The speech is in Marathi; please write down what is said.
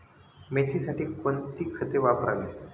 मेथीसाठी कोणती खते वापरावी?